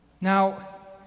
Now